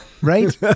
right